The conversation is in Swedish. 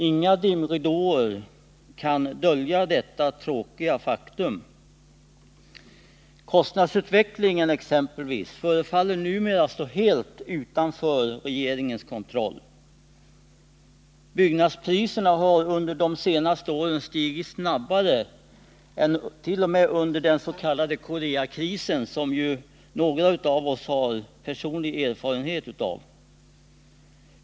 Inga dimridåer kan dölja detta tråkiga faktum. Kostnadsutvecklingen exempelvis förefaller numera stå helt utom regeringens kontroll. Byggnadspriserna har under de senaste åren stigit snabbare än under t.o.m. den s.k. Koreakrisen, som ju några av oss har personlig erfarenhet av.